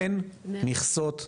אין מכסות לעלייה.